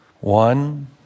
One